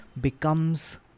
becomes